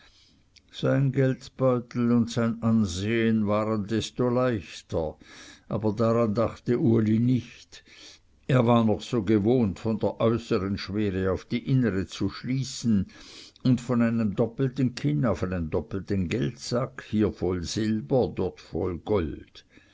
sein geldbeutel und sein ansehen waren desto leichter daran aber dachte uli nicht er war noch so gewohnt von der äußern schwere auf die innere zu schließen und von einem doppelten kinn auf einen doppelten geldsack hier voll silber dort voll gold